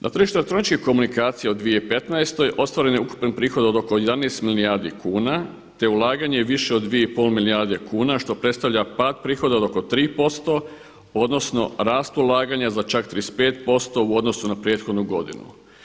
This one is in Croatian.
Na tržište elektroničkih komunikacija u 2015. ostvaren je ukupni prihod od oko 11 milijardi kuna, te ulaganje više od 2 i pol milijarde kuna što predstavlja pad prihoda od oko 3% odnosno rast ulaganja za čak 35% u odnosu na prethodnu godinu.